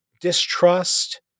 distrust